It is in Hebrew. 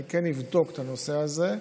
אני אבדוק את הנושא הזה,